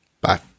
Bye